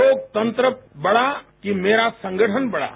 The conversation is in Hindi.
लोकतंत्र बडा कि मेरा संगठन बडा